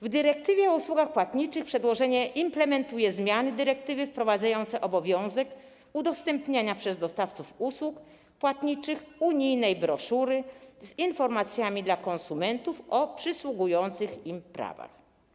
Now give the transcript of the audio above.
W dyrektywie o usługach płatniczych przedłożenie implementuje zmiany dyrektywy wprowadzające obowiązek udostępniania przez dostawców usług płatniczych unijnej broszury z informacjami dla konsumentów o przysługujących im prawach.